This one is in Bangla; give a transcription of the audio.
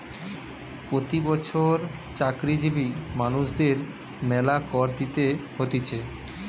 প্রতি বছর চাকরিজীবী মানুষদের মেলা কর দিতে হতিছে